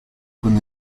con